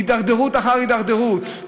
הידרדרות אחר הידרדרות,